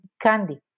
candy